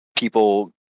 people